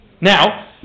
Now